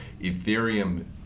Ethereum